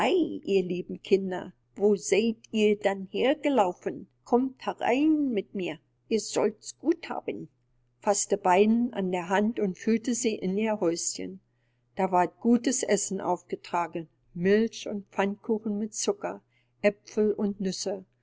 ihr lieben kinder wo seyd ihr denn hergelaufen kommt herein mit mir ihr sollts gut haben faßte beide an der hand und führte sie in ihr häuschen da ward gutes essen aufgetragen milch und pfannkuchen mit zucker aepfel und nüsse